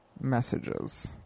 messages